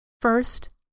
First